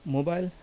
mobile